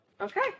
Okay